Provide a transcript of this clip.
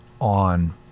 on